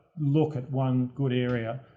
look at one good area.